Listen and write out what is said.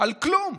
על כלום,